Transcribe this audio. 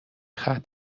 ختم